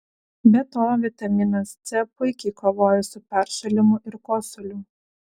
be to vitaminas c puikiai kovoja su peršalimu ir kosuliu